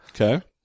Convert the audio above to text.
Okay